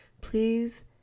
please